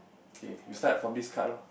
okay we start from this card lor